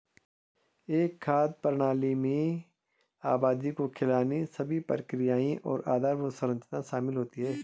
एक खाद्य प्रणाली में आबादी को खिलाने सभी प्रक्रियाएं और आधारभूत संरचना शामिल होती है